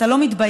אתה לא מתבייש?